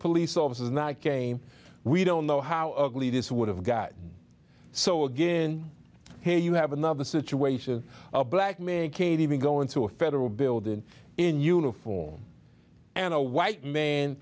police officers and i came we don't know how ugly this would have gotten so again here you have another situation a black make a to even go into a federal building in uniform and a white ma